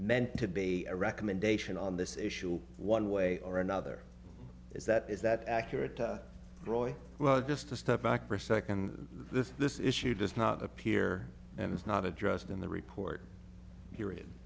meant to be a recommendation on this issue one way or another is that is that accurate roy well just to step back for a second this this issue does not appear and is not addressed in the report her